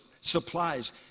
supplies